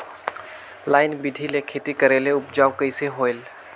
Line बिधी ले खेती करेले उपजाऊ कइसे होयल?